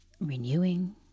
renewing